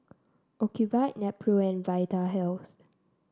Ocuvite Nepro and Vitahealth